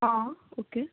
okay